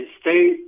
state